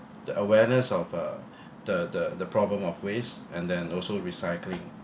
the awareness of uh the the the problem of waste and then also recycling